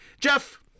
Jeff